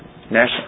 National